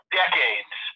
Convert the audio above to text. decades